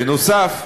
בנוסף,